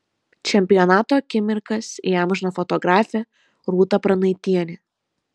čempionato akimirkas įamžino fotografė rūta pranaitienė